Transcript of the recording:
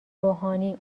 روحانی